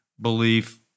belief